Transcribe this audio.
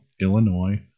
Illinois